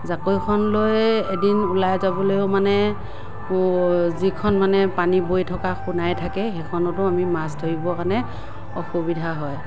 জাকৈখন লৈয়ে এদিন ওলাই যাবলৈয়ো মানে যিখন মানে পানী বৈ থকা সোণাই থাকে সেইখনতো আমি মাছ ধৰিবৰ কাৰণে অসুবিধা হয়